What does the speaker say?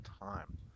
time